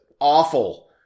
awful